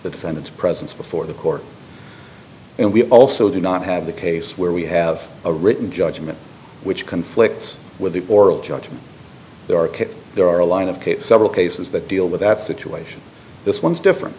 the defendant's presence before the court and we also do not have the case where we have a written judgment which conflicts with the oral judgment there are kids there are a line of cape several cases that deal with that situation this one's different